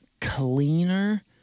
cleaner